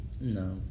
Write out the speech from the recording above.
No